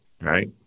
right